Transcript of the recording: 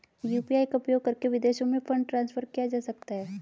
UPI का उपयोग करके विदेशों में फंड ट्रांसफर किया जा सकता है?